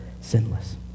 sinless